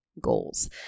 goals